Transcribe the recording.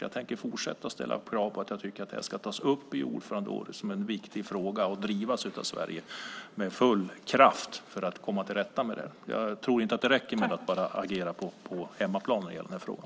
Jag tänker fortsätta att ställa krav när det gäller att jag tycker att det här ska tas upp under ordförandeåret som en viktig fråga och drivas av Sverige med full kraft för att man ska komma till rätta med det här. Jag tror inte att det räcker med att bara agera på hemmaplan när det gäller den här frågan.